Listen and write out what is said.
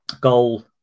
goal